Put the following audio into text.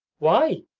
why?